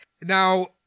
Now